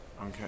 Okay